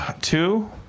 Two